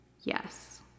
Yes